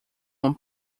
uma